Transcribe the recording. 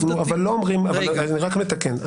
אני מתקן.